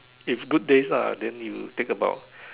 if good days lah then you take about